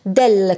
del